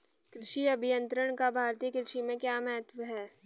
कृषि अभियंत्रण का भारतीय कृषि में क्या महत्व है?